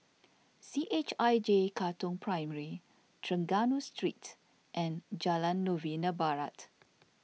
C H I J Katong Primary Trengganu Street and Jalan Novena Barat